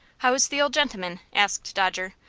how's the old gentleman? asked dodger.